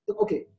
okay